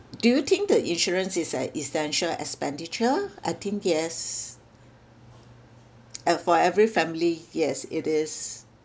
do you think the insurance is an essential expenditure I think yes and for every family yes it is